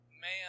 man